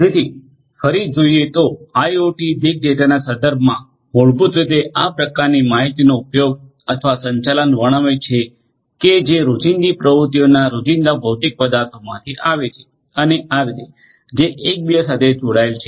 તેથી ફરી જોઈએ તો આઇઓટી બીગ ડેટાના સંદર્ભમાં મૂળભૂત રીતે આ પ્રકારની માહિતીનો ઉપયોગ અથવા સંચાલન વર્ણવે છે કે જે રોજિંદી પ્રવૃત્તિઓના રોજિંદા ભૌતિક પદાર્થોમાથી આવે છે અને આ રીતે જે એકબીજા સાથે જોડાયેલા છે